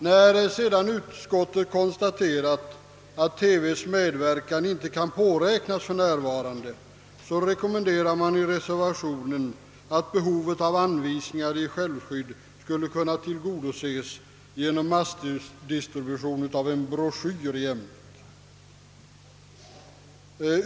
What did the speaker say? När utskottet sedan konstaterat, att TV:s medverkan inte kan påräknas för närvarande, rekommenderar man i reservationen att behovet av anvisningar i självskydd tillgodoses genom massdistribution av en broschyr i ämnet.